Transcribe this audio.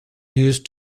used